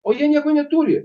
o jie nieko neturi